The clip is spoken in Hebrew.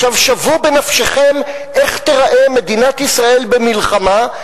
עכשיו שוו בנפשכם איך תיראה מדינת ישראל במלחמה,